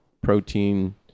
protein